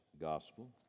Gospel